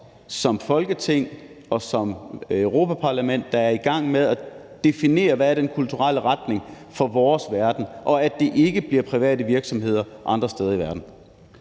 som Folketing og som Europa-Parlament, der definerer, hvad den kulturelle retning er for vores verden, og at det ikke bliver private virksomheder andre steder i verden.